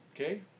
Okay